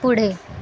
पुढे